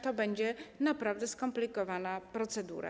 To będzie naprawdę skomplikowana procedura.